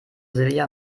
silja